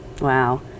Wow